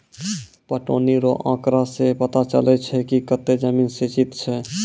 पटौनी रो आँकड़ा से पता चलै छै कि कतै जमीन सिंचित छै